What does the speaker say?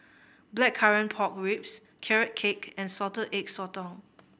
Blackcurrant Pork Ribs Carrot Cake and Salted Egg Sotong